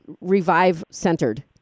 Revive-centered